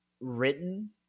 written